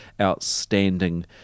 Outstanding